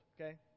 Okay